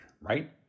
right